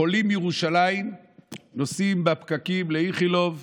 חולים מירושלים נוסעים בפקקים לאיכילוב,